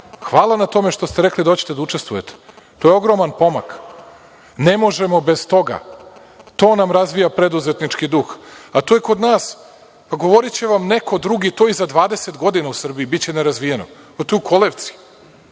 hvala na tome što ste rekli da hoćete da učestvujete, to je ogroman pomak. Ne možemo bez toga. To nam razvija preduzetnički duh. Govoriće vam neko drugi to i za 20 godina u Srbiji, biće nerazvijeno, to je u kolevci,